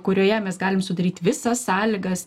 kurioje mes galim sudaryt visas sąlygas